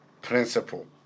principle